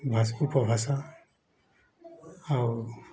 ଭାଷା ଉପଭାଷା ଆଉ